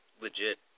legit